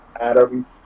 Adam